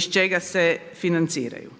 iz čega se financiraju.